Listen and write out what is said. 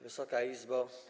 Wysoka Izbo!